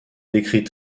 décrit